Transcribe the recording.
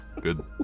good